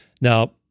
now